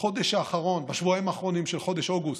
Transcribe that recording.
בחודש האחרון, בשבועיים האחרונים של חודש אוגוסט,